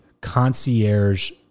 concierge